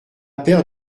paire